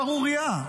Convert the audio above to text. שערורייה.